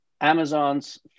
Amazon's